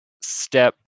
step